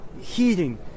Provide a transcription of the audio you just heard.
heating